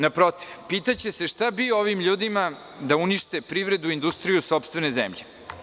Naprotiv, pitaće se šta bi ovim ljudima da unište privredu i industriju sopstvene zemlje.